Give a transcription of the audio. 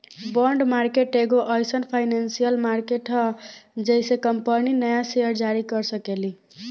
bond market एगो एईसन financial market ह जेइसे कंपनी न्या सेयर जारी कर सकेली